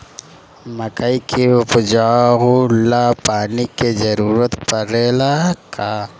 मकई के उपजाव ला पानी के जरूरत परेला का?